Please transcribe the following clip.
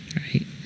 Right